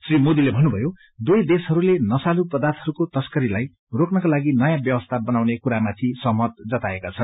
श्री मोदीले भन्नुभयो दुवै देशहरूले नशालु पदार्थहरूको तस्करीलाई रोक्नका लागि नयाँ व्यवसी गनाउने कुरामाथि सहमत जताएका छन्